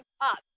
up